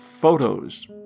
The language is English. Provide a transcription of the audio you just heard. photos